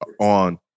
on